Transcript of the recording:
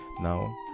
Now